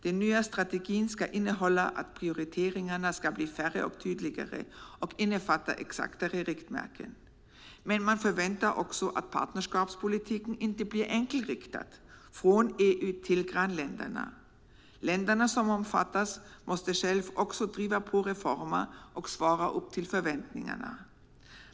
Den nya strategin har färre och tydligare prioriteringar och innefattar exaktare riktmärken. Partnerskapspolitiken förväntas inte bli enkelriktad från EU till grannländerna. Länderna som omfattas måste själva också driva på reformer och svara mot förväntningarna.